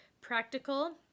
practical